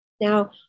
Now